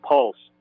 Pulse